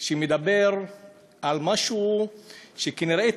שמדבר על משהו שכנראה תלוי,